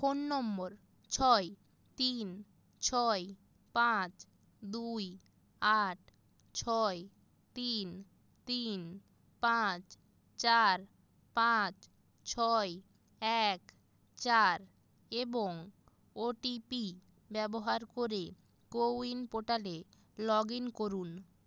phone নম্বর ছয় তিন ছয় পাঁচ দুই আট ছয় তিন তিন পাঁচ চার পাঁচ ছয় এক চার এবং ওটিপি ব্যবহার করে কোউইন পোর্টালে লগ ইন করুন